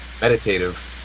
meditative